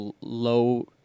low